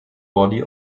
body